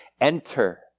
enter